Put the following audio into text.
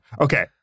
Okay